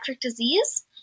disease